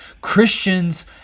Christians